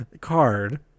card